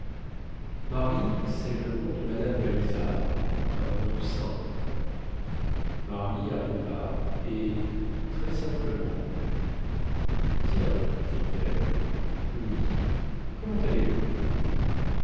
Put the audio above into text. marie cest le nom de mme balizard un nom simple marie arriva et très simplement tiens fit-elle louis comment allez-vous